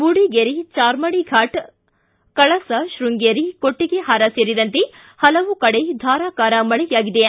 ಮೂಡಿಗೆರೆ ಚಾರ್ಮಾಡಿ ಫಾಟ್ ಕಳಸ ಶೃಂಗೇರಿ ಕೊಟ್ಟಗೆಹಾರ ಸೇರಿದಂತೆ ಹಲವು ಕಡೆ ಧಾರಾಕಾರ ಮಳೆಯಾದೆ